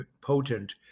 potent